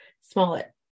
Smollett